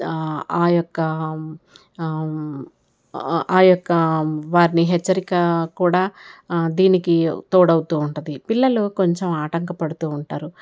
ఆ యొక్క ఆ యొక్క వారిని హెచ్చరిక కూడా దీనికి తోడవుతూ ఉంటది పిల్లలు కొంచెం ఆటంకం పడుతూ ఉంటారు